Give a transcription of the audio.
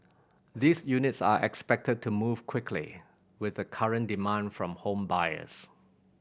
these units are expected to move quickly with the current demand from home buyers